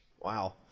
Wow